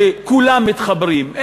שכולם מתחברים,